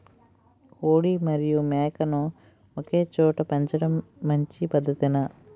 కోడి మరియు మేక ను ఒకేచోట పెంచడం మంచి పద్ధతేనా?